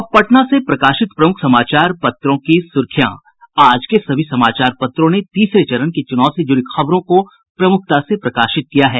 अब पटना से प्रकाशित प्रमुख समाचार पत्रों की सुर्खियां आज के सभी समाचार पत्रों ने तीसरे चरण के चुनाव से जुड़ी खबरों को प्रमुखता से प्रकाशित किया है